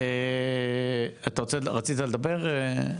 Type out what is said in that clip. רצית לדבר?